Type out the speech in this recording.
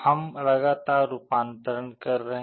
हम लगातार रूपांतरण कर रहे हैं